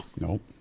Nope